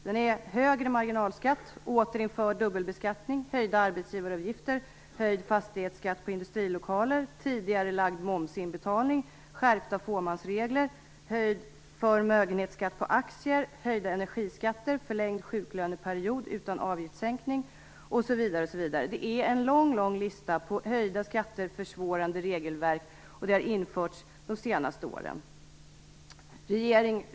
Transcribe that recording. Den är högre marginalskatt, återinförd dubbelbeskattning, höjda arbetsgivaravgifter, höjd fastighetsskatt på industrilokaler, tidigarelagd momsinbetalning, skärpta fåmansregler, höjd förmögenhetsskatt på aktier, höjda energiskatter, förlängd sjuklöneperiod utan avgiftssänkning osv. Det är en lång lista på höjda skatter och försvårande regelverk som införts de senaste åren.